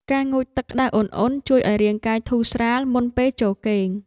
ការងូតទឹកក្ដៅអ៊ុនៗជួយឱ្យរាងកាយធូរស្រាលមុនពេលចូលគេង។